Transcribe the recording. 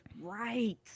Right